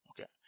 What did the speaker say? Okay